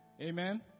Amen